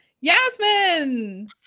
yasmin